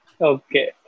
Okay